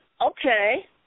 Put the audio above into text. Okay